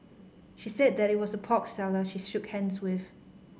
she said that it was a pork seller she shook hands with